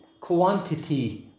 quantity